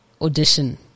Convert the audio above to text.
audition